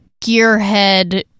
gearhead